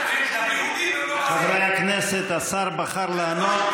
חברי הכנסת, השר בחר לענות.